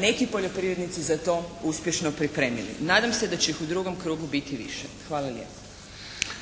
neki poljoprivrednici za to uspješno pripremili. Nadam se da će ih u drugom krugu biti više. Hvala lijepa.